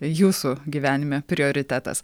jūsų gyvenime prioritetas